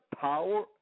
power